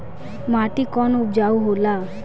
माटी कौन उपजाऊ होला?